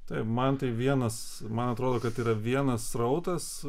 tai man tai vienas man atrodo kad yra vienas srautas